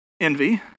envy